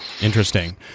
Interesting